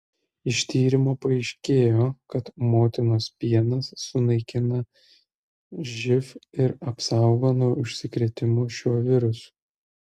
iš tyrimo paaiškėjo kad motinos pienas sunaikina živ ir apsaugo nuo užsikrėtimo šiuo virusu